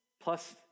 plus